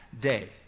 day